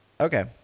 Okay